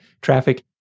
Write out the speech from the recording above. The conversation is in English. traffic